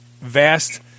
vast